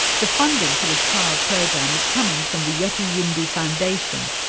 the funding for this trial program is coming from the yothu yindi foundation,